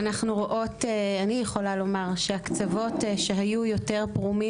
אני יכולה לומר שהקצוות שהיו יותר פרומים